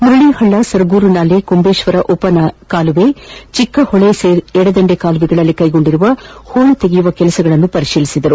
ಮುರಳಿ ಹಳ್ಳ ಸರಗೂರು ನಾಲೆ ಕುಂಬೇಶ್ವರ ಉಪ ಕಾಲುವೆ ಚಿಕ್ಕ ಹೊಳೆ ಎಡದಂಡೆ ಕಾಲುವೆಗಳಲ್ಲಿ ಕೈಗೊಂಡಿರುವ ಹೂಳು ತೆಗೆಯುವಿಕೆ ಕೆಲಸಗಳನ್ನು ಪರಿಶೀಲಿಸಿದರು